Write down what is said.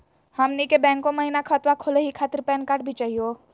हमनी के बैंको महिना खतवा खोलही खातीर पैन कार्ड भी चाहियो?